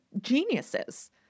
geniuses